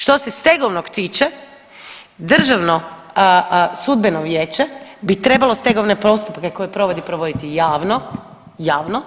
Što se stegovnog tiče Državno sudbeno vijeće bi trebalo stegovne postupke koje provodi provoditi javno, javno.